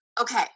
okay